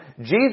Jesus